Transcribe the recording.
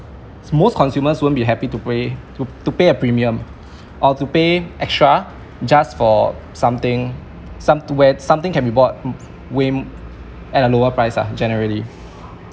most consumers won't be happy to pay to pay a premium or to pay extra just for something somewhere something that can be bought when at a lower price ah generally